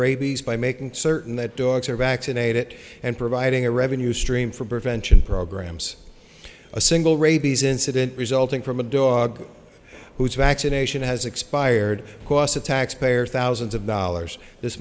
rabies by making certain that dogs are vaccinated and providing a revenue stream for prevention programs a single rabies incident resulting from a dog whose vaccination has expired cost the taxpayer thousands of dollars this